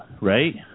right